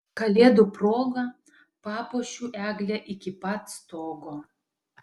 kalėdų proga papuošiu eglę iki pat stogo